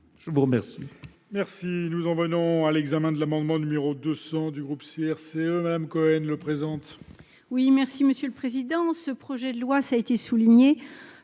à vous remercier